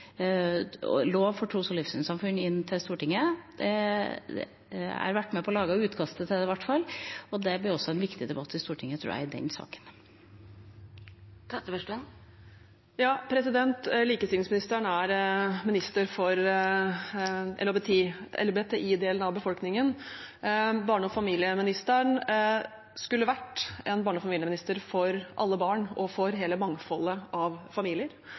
vært med på å lage et utkast til den – og det blir også en viktig debatt i Stortinget, tror jeg, om den saken. Likestillingsministeren er statsråd for LHBTI-delen av befolkningen. Barne- og familieministeren skulle vært en barne- og familieminister for alle barn og for hele mangfoldet av familier.